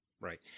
Right